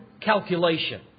calculation